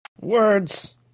words